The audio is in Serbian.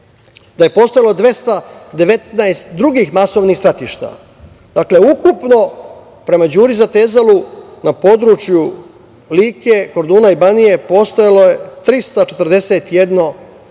da je postojalo 219 drugih masovnih stratišta. Dakle, ukupno prema Đuri Zatezalu na području Like, Korduna i Banije postojalo je 341 stratište